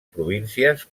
províncies